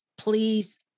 Please